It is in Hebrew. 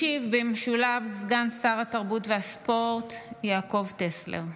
משיב במשולב סגן שר התרבות והספורט יעקב טסלר,